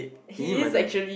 is he madam